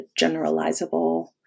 generalizable